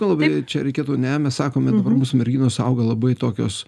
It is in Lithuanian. labai čia reikėtų ne mes sakome kur mūsų merginos auga labai tokios